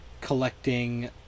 collecting